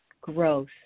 growth